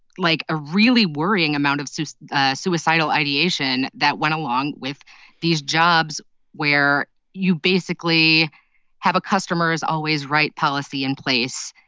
like, a really worrying amount of so ah suicidal ideation that went along with these jobs where you basically have a customer-is-always-right policy in place.